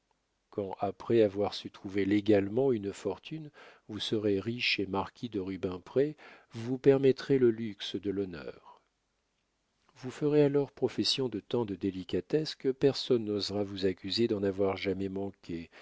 quand après avoir su trouver légalement une fortune vous serez riche et marquis de rubempré vous vous permettrez le luxe de l'honneur vous ferez alors profession de tant de délicatesse que personne n'osera vous accuser d'en avoir jamais manqué